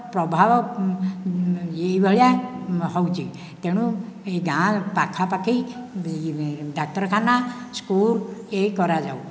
ପ୍ରଭାବ ଏଇଭଳିଆ ହଉଛି ତେଣୁ ଏଇ ଗାଁ ର ପାଖା ପାଖି ଡାକ୍ତରଖାନା ସ୍କୁଲ ଏଇ କରାଯାଉ